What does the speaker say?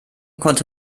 konnte